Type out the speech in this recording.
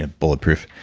ah bulletproof.